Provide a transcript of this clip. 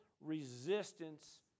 resistance